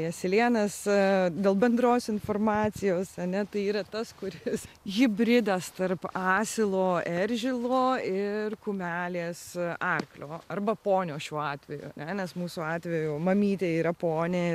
o asilėnas dėl bendros informacijos ane tai yra tas kuris hibridas tarp asilo eržilo ir kumelės arklio arba ponio šiuo atveju ane nes mūsų atveju mamytė yra ponė